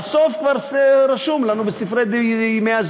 והסוף כבר רשום לנו בספרי הימים,